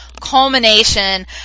culmination